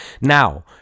Now